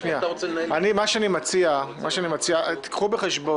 את לא תנהלי במקומי.